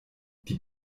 die